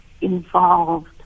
involved